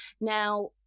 Now